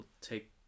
take